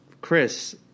Chris